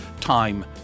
time